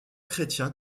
chrétien